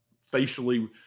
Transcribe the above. facially